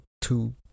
two